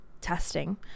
testing